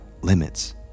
limits